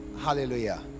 hallelujah